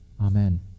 Amen